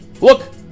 look